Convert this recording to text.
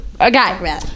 Okay